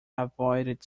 avoided